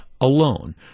alone